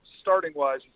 starting-wise